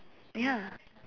ya